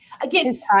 again